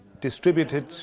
distributed